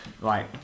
Right